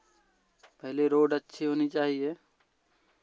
पहले रोड अच्छी होनी चाहिए